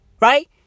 right